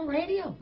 radio